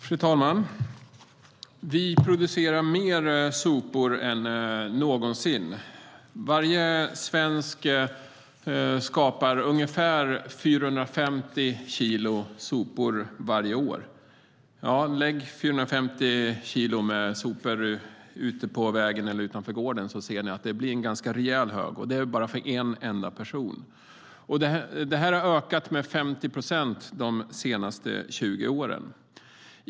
Fru talman! Vi producerar mer sopor än någonsin. Varje svensk skapar ungefär 450 kilo sopor varje år. Lägg 450 kilo sopor ute på vägen eller utanför gården! Då ser ni att det blir en ganska rejäl hög. Och det är bara för en enda person. Det har ökat med 50 procent de senaste 20 åren.